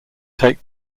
take